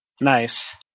Nice